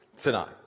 tonight